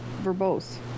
verbose